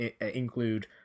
include